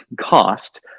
cost